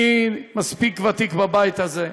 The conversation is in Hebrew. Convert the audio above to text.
אני מספיק ותיק בבית הזה,